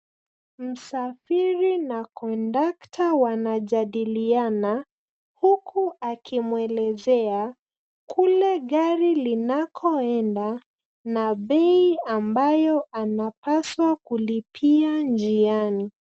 Msafiri na kondakta wanajadiliana huku akimwelezea kule gari linakoenda na bei ambayo anapaswa kulipia njiani.